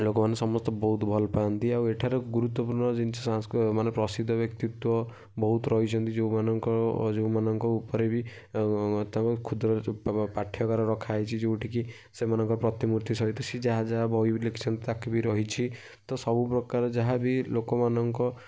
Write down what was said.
ଲୋକମାନେ ସମସ୍ତେ ବହୁତ ଭଲ ପାଆନ୍ତି ଆଉ ଏଠାରେ ଗୁରୁତ୍ୱପୂର୍ଣ୍ଣ ଜିନିଷ ମାନେ ପ୍ରସିଦ୍ଧ ବ୍ୟକ୍ତିତ୍ୱ ବହୁତ ରହିଛନ୍ତି ଯେଉଁମାନଙ୍କ ଯେଉଁମାନଙ୍କ ଉପରେ ବି କ୍ଷୁଦ୍ର ପାଠାଗାର ରଖା ହେଇଛି ଯେଉଁଠି କି ସେମାନଙ୍କ ପ୍ରତିମୂର୍ତ୍ତି ସହିତ ସେ ଯାହା ଯାହା ବହି ବି ଲେଖିଛନ୍ତି ତାକୁ ବି ରହିଛି ତ ସବୁପ୍ରକାର ଯାହା ବି ଲୋକମାନଙ୍କ